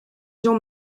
jean